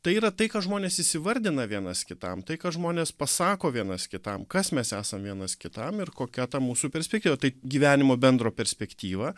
tai yra tai ką žmonės įsivardina vienas kitam tai ką žmonės pasako vienas kitam kas mes esam vienas kitam ir kokia ta mūsų perspektyva tai gyvenimo bendro perspektyva